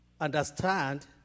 understand